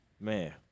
Man